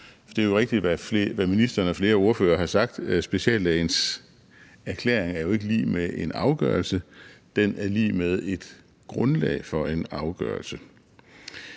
det er rigtigt, hvad ministeren og flere ordførere har sagt, nemlig at speciallægens erklæring jo ikke er lig med en afgørelse. Den er lig med et grundlag for en afgørelse.